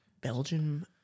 Belgian